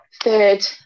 third